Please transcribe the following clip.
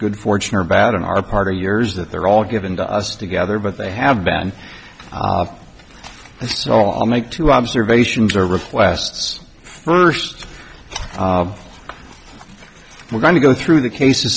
good fortune or bad in our party years that they're all given to us together but they have been so i'll make two observations or requests first we're going to go through the cases